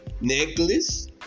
necklace